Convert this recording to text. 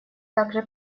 также